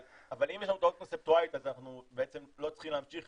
אבל אם יש לנו טעות קונספטואלית אז אנחנו לא צריכים להמשיך